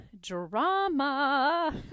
drama